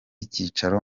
icyicaro